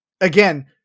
again